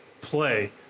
play